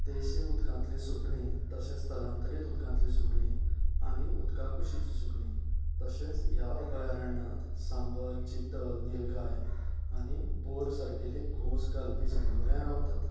देशी उदकांतलीं सुकणीं तशेंच स्थलांतरीत उदकांतलीं सुकणीं आनी उदका कुशीचीं सुकणीं तशेंच ह्या अभयारण्यांत सांबर चितल निलगाई आनी बोर सारकेलीं घोंस घालपी जनावरांय रावतात